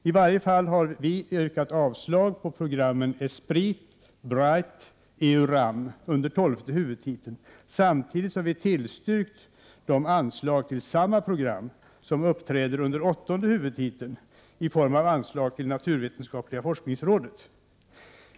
Vi har i alla fall yrkat avslag på programmen ESPRIT, BRITE och EURAM under tolfte huvudtiteln, samtidigt som vi har tillstyrkt de anslag till samma program som uppträder under åttonde huvudtiteln i form av ett anslag till naturvetenskapliga forskningsrådet.